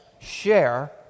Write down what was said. share